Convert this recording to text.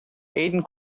aden